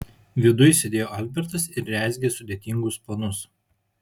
viduj sėdėjo albertas ir rezgė sudėtingus planus